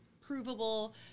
provable